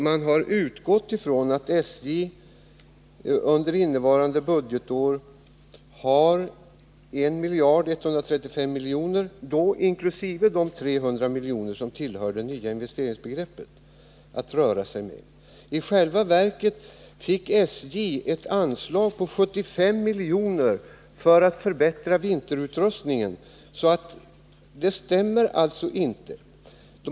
Man har utgått från att SJ under innevarande budgetår har 1 135 milj.kr. att röra sig med inkl. de 300 miljoner som tillhör det nya investeringsbegreppet. I själva verket fick SJ ett anslag på 75 miljoner för att förbättra vinterutrustningen, så det påståendet stämmer alltså inte.